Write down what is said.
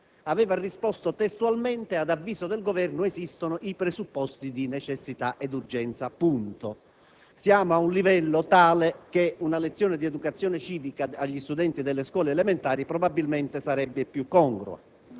aveva risposto che ad avviso dell'Esecutivo esistevano i presupposti di necessità e urgenza. Siamo a un livello tale che una lezione di educazione civica agli studenti delle scuole elementari probabilmente sarebbe più congrua.